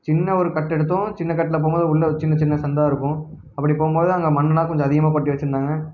சின்ன ஒரு கட் எடுத்தோம் சின்ன கட்டில் போகும்போது உள்ளே சின்ன சின்ன சந்தாக இருக்கும் அப்படி போகும்போது அங்கே மண்ணெலாம் கொஞ்சம் அதிகமாக கொட்டி வச்சுருந்தாங்க